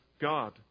God